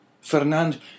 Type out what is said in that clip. Fernand